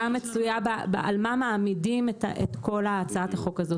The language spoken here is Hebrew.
מצויה על מה מעמידים את כל הצעת החוק הזאת.